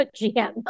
GM